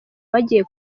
bagiye